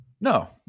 No